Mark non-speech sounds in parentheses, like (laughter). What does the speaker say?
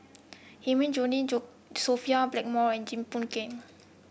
Hilmi (unintelligible) Sophia Blackmore and Jim Boon Keng